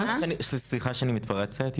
סליחה שאני מתפרצת,